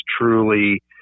truly